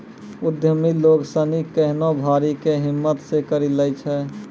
उद्यमि लोग सनी केहनो भारी कै हिम्मत से करी लै छै